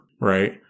right